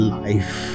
life